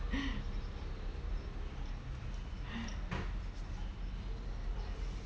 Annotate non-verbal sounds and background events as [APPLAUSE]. [BREATH]